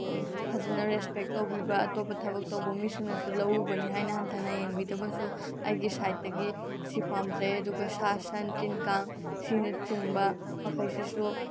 ꯐꯖꯅ ꯔꯦꯁꯄꯦꯛ ꯇꯧꯕꯤꯕ ꯑꯇꯣꯞꯄ ꯊꯕꯛ ꯇꯧꯕ ꯃꯤꯁꯤꯡꯅꯁꯨ ꯂꯧꯎꯕꯅꯦ ꯍꯥꯏꯅ ꯍꯟꯊꯅ ꯌꯦꯡꯕꯤꯗꯕꯁꯨ ꯑꯩꯒꯤ ꯁꯥꯏꯠꯇꯒꯤ ꯁꯤ ꯄꯥꯝꯖꯩ ꯑꯗꯨꯒ ꯁꯥ ꯁꯟ ꯇꯤꯟ ꯀꯥꯡ ꯑꯁꯤꯅꯆꯤꯡꯕ ꯃꯈꯩꯁꯤꯁꯨ